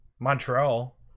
montreal